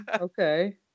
Okay